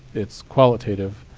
it's qualitative,